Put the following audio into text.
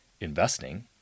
investing